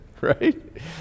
Right